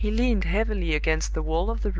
he leaned heavily against the wall of the room,